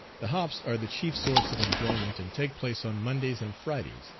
the hops are the chief source of enjoyment, and take place on mondays and fridays,